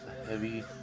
Heavy